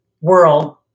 world